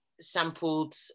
sampled